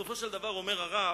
בסופו של דבר אומר הרב: